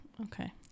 Okay